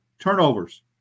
turnovers